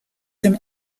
from